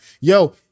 yo